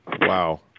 Wow